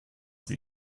sie